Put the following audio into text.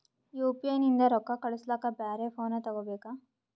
UPI ನಿಂದ ರೊಕ್ಕ ಕಳಸ್ಲಕ ಬ್ಯಾರೆ ಫೋನ ತೋಗೊಬೇಕ?